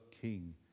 King